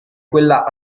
quella